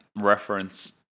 reference